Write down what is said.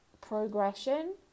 progression